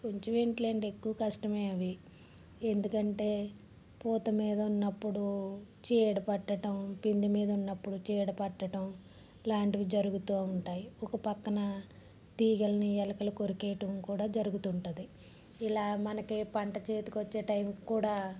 కొంచెం ఏమిటండి ఎక్కువ కష్టమే ఎందుకంటే పూత మీదున్నప్పుడు చీడ పట్టడం పిండి మీదున్నప్పుడు చీడ పట్టడం ఇలాంటివన్నీ జరుగుతూ ఉంటాయి ఒక పక్కన తీగలని ఎలుకలు కొరికేయటం కూడా జరుగుతుంది ఇలా మనకి పంట చేతికొచ్చే టైంకి కూడా